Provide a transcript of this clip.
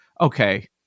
okay